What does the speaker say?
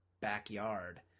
backyard